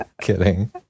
kidding